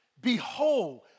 behold